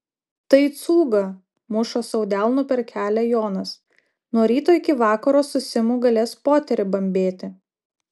tai cūga muša sau delnu per kelią jonas nuo ryto iki vakaro su simu galės poterį bambėti